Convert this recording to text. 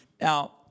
Now